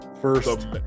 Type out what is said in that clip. first